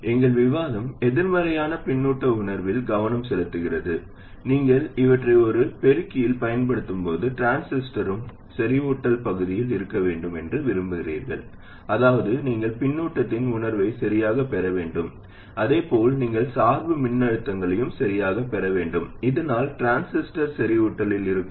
எனவே எங்கள் விவாதம் எதிர்மறையான பின்னூட்ட உணர்வில் கவனம் செலுத்துகிறது நீங்கள் இவற்றை ஒரு பெருக்கியில் பயன்படுத்தும் போது டிரான்சிஸ்டரும் செறிவூட்டல் பகுதியில் இருக்க வேண்டும் என்று விரும்புகிறீர்கள் அதாவது நீங்கள் பின்னூட்டத்தின் உணர்வை சரியாகப் பெற வேண்டும் அதே போல் நீங்கள் சார்பு மின்னழுத்தங்களையும் சரியாகப் பெற வேண்டும் இதனால் டிரான்சிஸ்டர் செறிவூட்டலில் இருக்கும்